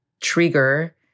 trigger